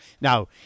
Now